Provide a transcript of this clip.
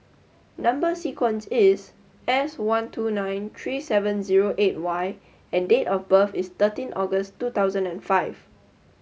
number sequence is S one two nine three seven zero eight Y and date of birth is thirteen August two thousand and five